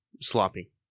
sloppy